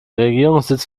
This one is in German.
regierungssitz